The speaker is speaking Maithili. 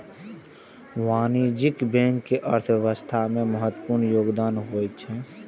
वाणिज्यिक बैंक के अर्थव्यवस्था मे महत्वपूर्ण योगदान होइ छै